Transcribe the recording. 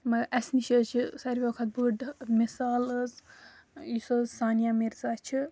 مگر اسہِ نِش حظ چھِ ساروِیو کھۄتہٕ بٔڑ مِثال حظ یُس حظ سانِیہ مِرزا چھِ